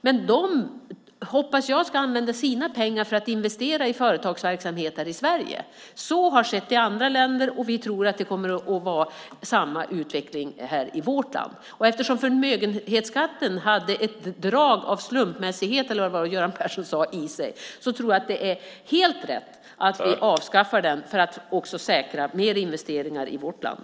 Jag hoppas att de ska använda sina pengar för att investera i företagsverksamhet här i Sverige. Så har skett i andra länder. Vi tror att det kommer att vara samma utveckling i vårt land. Eftersom förmögenhetsskatten hade ett drag av slumpmässighet i sig, eller vad det var Göran Persson sade, tror jag att det är helt rätt att vi avskaffar den för att säkra mer investeringar i vårt land.